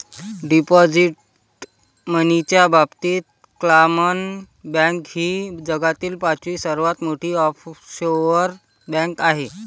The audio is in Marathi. डिपॉझिट मनीच्या बाबतीत क्लामन बँक ही जगातील पाचवी सर्वात मोठी ऑफशोअर बँक आहे